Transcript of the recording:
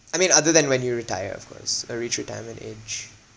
I mean other than when you retire of course or reach retirement age